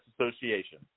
Association